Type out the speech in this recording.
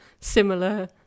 similar